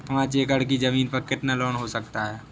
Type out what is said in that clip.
पाँच एकड़ की ज़मीन में कितना लोन हो सकता है?